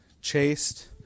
chaste